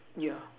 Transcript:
yeah